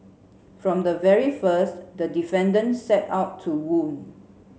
from the very first the defendant set out to wound